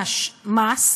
must,